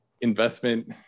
investment